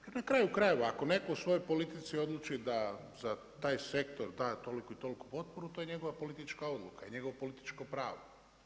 Dakle, na kraju krajeva ako netko u svojoj politici odluči da za taj sektor da toliku i toliku potporu to je njegova politička odluka i njegovo političko pravo.